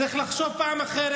צריך לחשוב פעם אחת